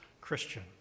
Christian